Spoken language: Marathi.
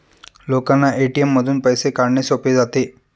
लोकांना ए.टी.एम मधून पैसे काढणे सोपे जाते